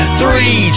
three